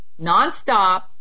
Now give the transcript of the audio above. nonstop